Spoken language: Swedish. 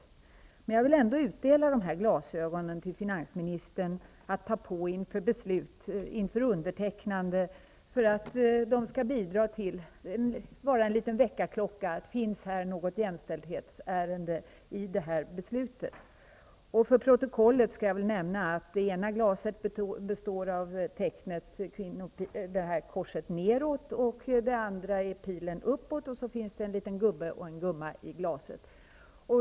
Jag vill emellertid ändå utdela de här glasögonen till finansministern, att ta på inför det att beslut undertecknas. De kan fungera som en liten väckarklocka och göra att man ställer sig frågan: Finns det något jämställdhetsärende i det här beslutet? För protokollet skall jag väl nämna att det ena glaset består av tecknet för kvinna, dvs. en cirkel med ett kors neråt, och på det andra glaset finns en cirkel med en pil uppåt. Dessutom finns en liten gubbe och en gumma på glasen.